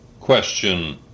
question